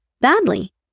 badly